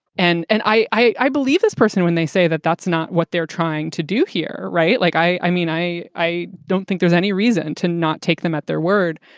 and and i i believe this person when they say that that's not what they're trying to do here. right. like, i i mean, i. i don't think there's any reason to not take them at their word.